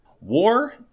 war